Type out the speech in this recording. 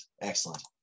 excellent